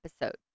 episode